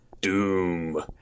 Doom